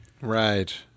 Right